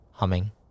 humming